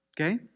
okay